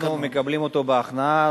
אנחנו מקבלים אותו בהכנעה,